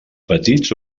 petits